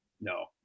No